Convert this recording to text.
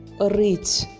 reach